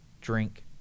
drink